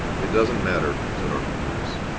it doesn't matter, said arthur jukes.